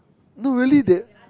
no really they